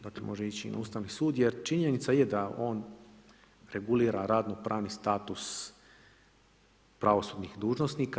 Dakle, može ići i na Ustavni sud jer činjenica je da on regulira radnopravni status pravosudnih dužnosnika.